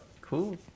Cool